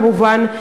כמובן,